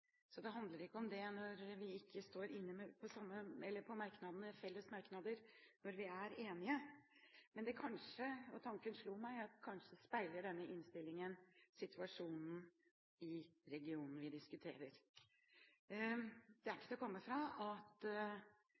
Det handler ikke om det når vi ikke står inne på felles merknader. Men tanken slo meg at kanskje denne innstillingen speiler situasjonen i regionen vi diskuterer. Det er ikke til å komme fra at